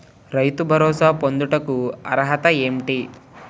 రైతు భరోసా పొందుటకు అర్హత ఏంటి?